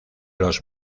los